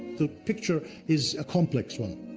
the picture is a complex one.